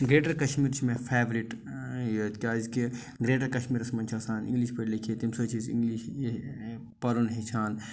Greater Kashmir چھِ مےٚ favourite یہِ کیٛازِ کہِ گریٚٹَر کَشمیٖرَس منٛز چھِ آسان اِنٛگلِش پٲٹھۍ لیٚکھِتھ تمہِ سۭتۍ چھِ أسۍ اِنٛگلِش پَرُن ہیٚچھان